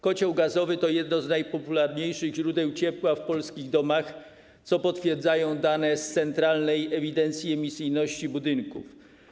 Kocioł gazowy to jedno z najpopularniejszych źródeł ciepła w polskich domach, co potwierdzają dane z Centralnej Ewidencji Emisyjności Budynków.